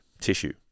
tissue